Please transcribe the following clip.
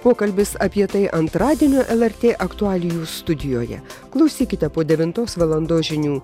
pokalbis apie tai antradienio lrt aktualijų studijoje klausykite po devintos valandos žinių